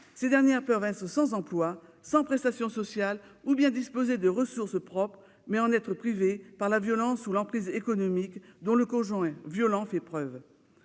Ces dernières peuvent être sans emploi ou sans prestations sociales, mais aussi disposer de ressources propres et en être privées par l'emprise économique dont le conjoint violent fait preuve.